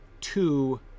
two